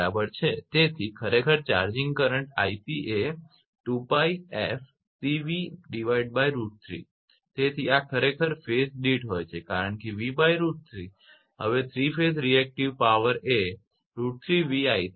તેથી ખરેખર charging current 𝐼𝑐 એ તેથી આ ખરેખર ફેઝ દીઠ હોય છે કારણ કે 𝑉√3 હવે 3 ફેજ રિએક્ટીવ પાવર એ √3𝑉𝐼𝑐 છે